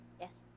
Yes